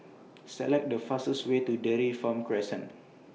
Select The fastest Way to Dairy Farm Crescent